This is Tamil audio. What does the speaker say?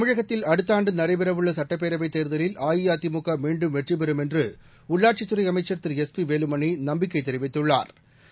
தமிழகத்தில் அடுத்த ஆண்டு நடைபெற உள்ள சட்டப்பேரவைத் தோதலில் அஇஅதிமுக மீண்டும் வெற்றிபெறும் என்று உள்ளாட்சித் துறை அமைச்ச் திரு எஸ் பி வேலுமணி நம்பிக்கை தெரிவித்துள்ளாா்